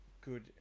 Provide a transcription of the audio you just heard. good